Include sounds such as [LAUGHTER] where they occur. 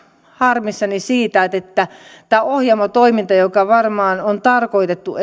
harmissani siitä että että tämä ohjaamo toiminta jonka varmaan on tarkoitettu [UNINTELLIGIBLE]